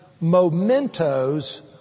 mementos